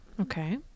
Okay